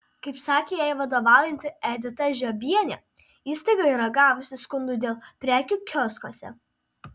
kaip sakė jai vadovaujanti edita žiobienė įstaiga yra gavusi skundų dėl prekių kioskuose